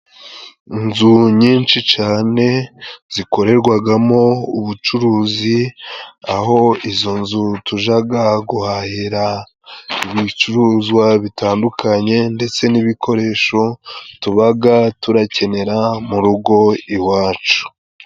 Inzu nyinshi cane zikorerwagamo ubucuruzi ,aho izo nzu tujaga guhahira ibicuruzwa bitandukanye ndetse n'ibikoresho tubaga turakenera mu rugo iwacu.